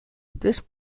this